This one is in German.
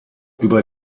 über